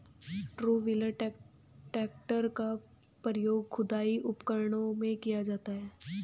to wheeler tractor का प्रयोग खुदाई उपकरणों में किया जाता हैं